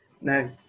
no